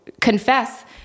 confess